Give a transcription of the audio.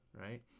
Right